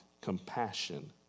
compassion